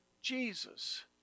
Jesus